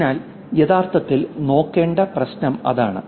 അതിനാൽ യഥാർത്ഥത്തിൽ നോക്കേണ്ട പ്രശ്നം അതാണ്